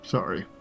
Sorry